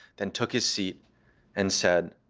then took his seat and said,